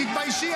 תתביישי את.